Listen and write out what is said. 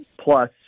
Plus